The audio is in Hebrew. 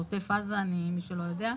בעוטף עזה, למי שלא יודע.